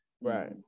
right